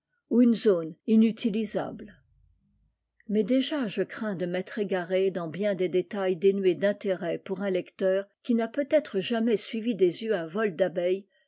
ou une zone inutilisable mais déjà je crains de m'être égaré dans bien des détails dénués d'intérêt pour un lecteur qui n'a peut-être jamais suivi des yeux un vol d'abeilles